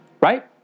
right